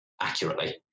accurately